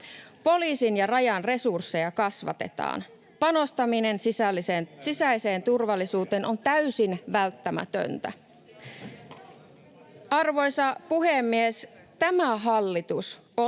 Poliisin ja Rajan resursseja kasvatetaan. Panostaminen sisäiseen turvallisuuteen on täysin välttämätöntä. [Puhemies koputtaa — Vasemmalta: